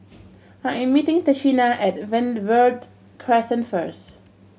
I am meeting Tashina at Verde Crescent first